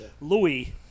Louis